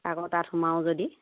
আকৌ তাত সোমাওঁ যদি